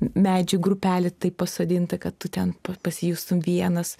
medžių grupelė taip pasodinta kad tu ten pasijustum vienas